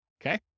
Okay